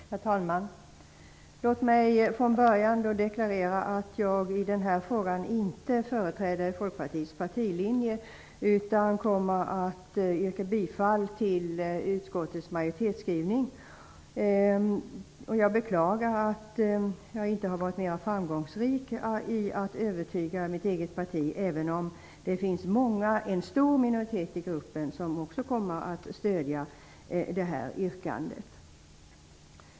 Herr talman! Låt mig från början deklarera att jag i den här frågan inte företräder Folkpartiets partilinje, utan kommer att yrka bifall till utskottets majoritetsskrivning. Jag beklagar att jag inte har varit mer framgångsrik i att övertyga mitt eget parti, även om det finns en stor minoritet i gruppen som också kommer att stödja det här yrkandet.